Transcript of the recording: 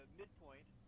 midpoint